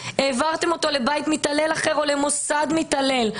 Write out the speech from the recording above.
העברתם אותו לבית מתעלל אחר או למוסד מתעלל.